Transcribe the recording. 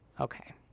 Okay